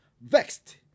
vexed